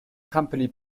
company